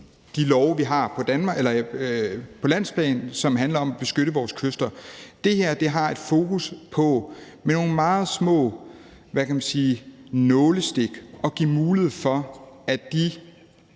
de love, vi har på landsplan, og som handler om at beskytte vores kyster. Det her har et fokus på med nogle meget små nålestik at give mulighed for, at de